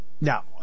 Now